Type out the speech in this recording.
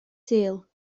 sul